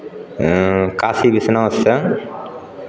Kashi विश्वनाथसँ